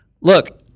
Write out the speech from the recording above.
Look